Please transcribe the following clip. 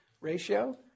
ratio